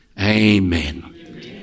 Amen